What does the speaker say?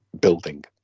building